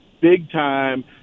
big-time